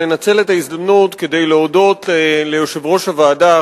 לנצל את ההזדמנות כדי להודות ליושב-ראש הוועדה,